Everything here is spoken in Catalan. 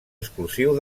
exclusiu